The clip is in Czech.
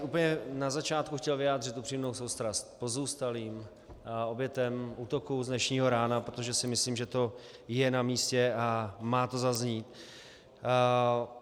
Úplně na začátku bych chtěl vyjádřit upřímnou soustrast pozůstalým a obětem útoku z dnešního rána, protože si myslím, že to je namístě a má to zaznít.